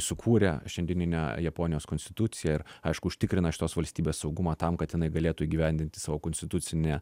sukūrė šiandieninę japonijos konstituciją ir aišku užtikrina šitos valstybės saugumą tam kad jinai galėtų įgyvendinti savo konstitucinę